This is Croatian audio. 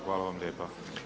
Hvala vam lijepa.